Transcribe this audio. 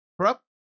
corrupt